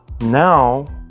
Now